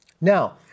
Now